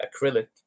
acrylic